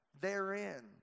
therein